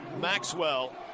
Maxwell